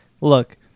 look